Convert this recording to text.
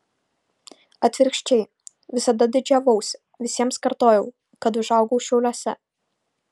atvirkščiai visada didžiavausi visiems kartojau kad užaugau šiauliuose